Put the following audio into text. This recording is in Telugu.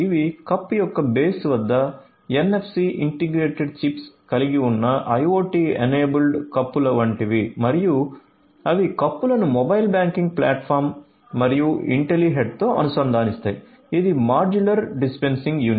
ఇవి కప్ యొక్క బేస్ వద్ద ఎన్ఎఫ్సి యూనిట్